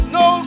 no